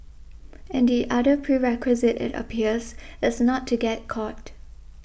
and the other prerequisite it appears is not to get caught